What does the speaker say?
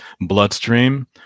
bloodstream